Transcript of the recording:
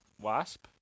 wasp